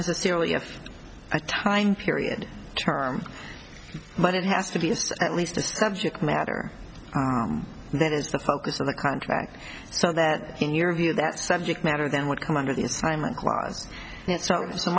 necessarily just a time period term but it has to be at least the subject matter that is the focus of the contract so that in your view that subject matter then would come under the